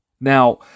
Now